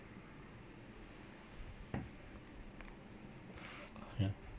ya